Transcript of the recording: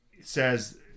says